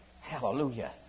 Hallelujah